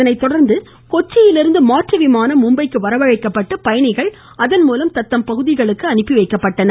இதனைத்தொடர்ந்து கொச்சியிலிருந்து மாற்று விமானம் மும்பைக்கு வரவழைக்கப்பட்டு பயணிகள் தத்தம் இடங்களுக்கு அனுப்பி வைக்கப்பட்டனர்